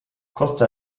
costa